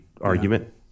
argument